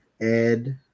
Ed